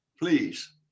please